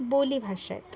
बोलीभाषा आहेत